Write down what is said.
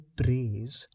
praise